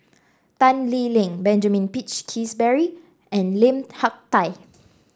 Tan Lee Leng Benjamin Peach Keasberry and Lim Hak Tai